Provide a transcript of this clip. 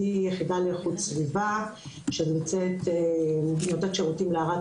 אני יחידה לאיכות הסביבה שנותנת שירותים לערד,